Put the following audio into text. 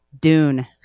Dune